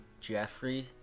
Jeffrey